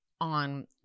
on